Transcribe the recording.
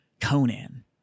Conan